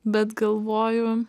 bet galvoju